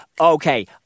okay